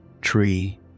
tree